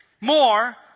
more